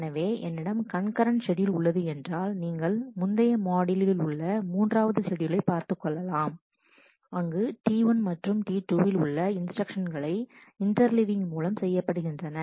எனவே என்னிடம் concurrent schedule உள்ளது என்றால் நீங்கள் முந்தைய மாட்யூலில் உள்ள மூன்றாவது ஷெட்யூலை பார்த்துக் கொள்ளலாம் அங்கு T1 மற்றும் T2 வில் உள்ள இன்ஸ்டிரக்ஷன்ஸ்களை இன்டர்லிவிங் மூலம் செய்யப்படுகின்றன